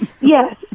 Yes